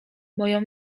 moją